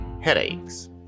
headaches